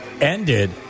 ended